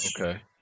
Okay